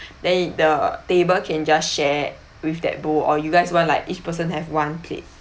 then it the table can just share with that bowl or you guys want like each person have one plate